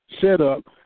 setup